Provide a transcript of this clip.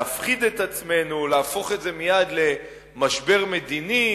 להפחיד את עצמנו, להפוך את זה מייד למשבר מדיני,